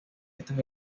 estos